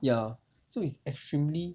ya so it's extremely